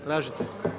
Tražite?